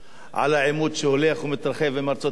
על העימות שהולך ומתרחב עם ארצות-הברית?